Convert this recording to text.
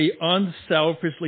unselfishly